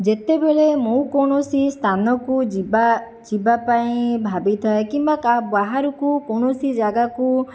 ଯେତେବେଳେ ମୁଁ କୌଣସି ସ୍ଥାନକୁ ଯିବା ଯିବା ପାଇଁ ଭାବିଥାଏ କିମ୍ବା କା ବାହାରକୁ କୌଣସି ଜାଗାକୁ